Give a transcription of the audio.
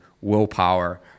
willpower